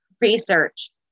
research